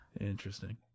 Interesting